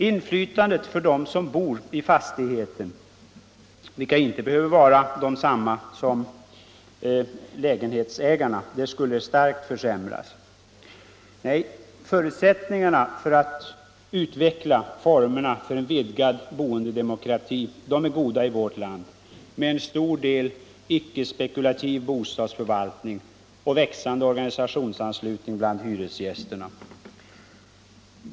Inflytandet för dem som bor i fastigheten —- vilka inte behöver vara desamma som lägenhetsägarna — skulle starkt försämras. Nej, förutsättningarna för att utveckla formerna för en vidgad boendedemokrati är goda i vårt land, med en stor del icke-spekulativ bostadsförvaltning och växande organisationsanslutning bland hyresgästerna.